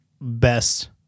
best